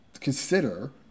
Consider